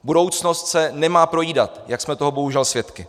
Budoucnost se nemá projídat, jak jsme toho bohužel svědky.